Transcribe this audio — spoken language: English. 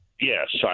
Yes